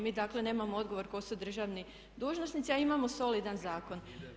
Mi dakle nemamo odgovor tko su državni dužnosnici a imamo solidan zakon.